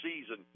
season